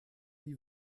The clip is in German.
die